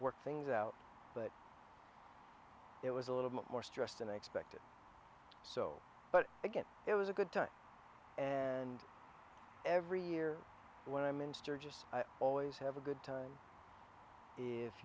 work things out but there was a little more stress than expected so but again it was a good time and every year when i'm in sturgis i always have a good time i